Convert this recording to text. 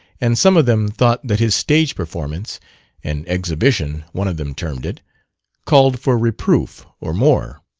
and some of them thought that his stage performance an exhibition one of them termed it called for reproof, or more.